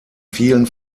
vielen